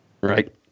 right